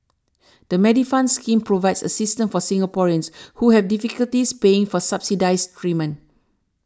the Medifund scheme provides assistance for Singaporeans who have difficulties paying for subsidized treatment